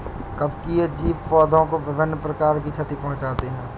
कवकीय जीव पौधों को विभिन्न प्रकार की क्षति पहुँचाते हैं